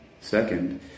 Second